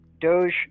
Doge